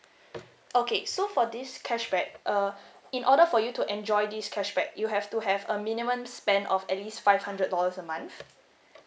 okay so for this cashback uh in order for you to enjoy this cashback you have to have a minimum spend of at least five hundred dollars a month